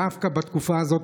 דווקא בתקופה הזאת,